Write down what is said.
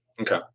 Okay